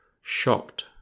shocked